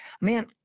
man